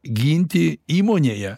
ginti įmonėje